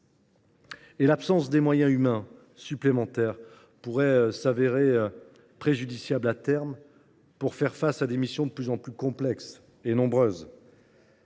L’absence de moyens humains supplémentaires pourrait à terme s’avérer préjudiciable pour faire face à des missions de plus en plus complexes et nombreuses.